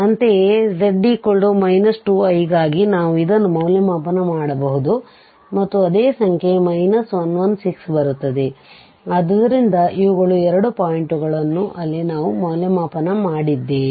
ಅಂತೆಯೇ z 2i ಗಾಗಿ ನಾವು ಇದನ್ನು ಮೌಲ್ಯಮಾಪನ ಮಾಡಬಹುದು ಮತ್ತು ಅದೇ ಸಂಖ್ಯೆ 116 ಬರುತ್ತದೆ ಆದ್ದರಿಂದ ಇವುಗಳು ಎರಡು ಪಾಯಿಂಟ್ ಗಳನ್ನು ಅಲ್ಲಿ ನಾವು ಮೌಲ್ಯಮಾಪನ ಮಾಡಿದ್ದೇವೆ